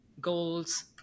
Goals